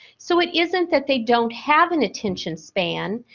so, it isn't that they don't have an attention span.